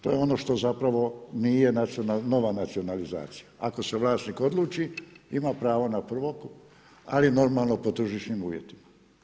To je ono što zapravo nije nova nacionalizacija, ako se vlasnik odluči ima pravo na prvokup, ali normalno po tržišnim uvjetima.